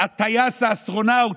הטייס האסטרונאוט,